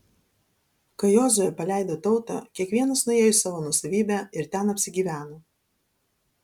kai jozuė paleido tautą kiekvienas nuėjo į savo nuosavybę ir ten apsigyveno